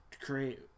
create